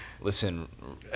Listen